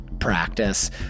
practice